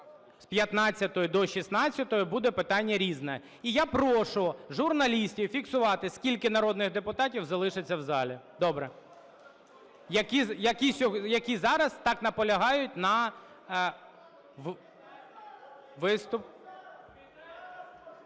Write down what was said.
з 15-ї до 16-ї буде питання "Різне". І я прошу журналістів фіксувати, скільки народних депутатів залишиться в залі, добре, які зараз так наполягають… Соломія